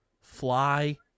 Fly